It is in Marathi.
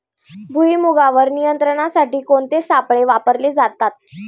भुईमुगावर नियंत्रणासाठी कोणते सापळे वापरले जातात?